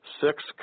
six